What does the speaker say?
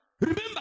remember